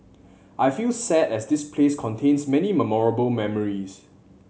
I feel sad as this place contains many memorable memories